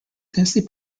densely